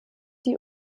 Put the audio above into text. die